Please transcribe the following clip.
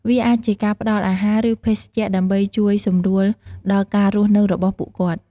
វាអាចជាការផ្ដល់អាហារ ឬ ភេសជ្ជៈ ដើម្បីជួយសម្រួលដល់ការរស់នៅរបស់ពួកគាត់។